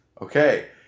Okay